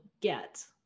get